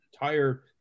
entire